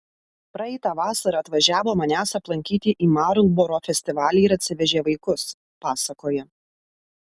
praeitą vasarą atvažiavo manęs aplankyti į marlboro festivalį ir atsivežė vaikus pasakoja